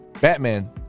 Batman